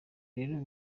rero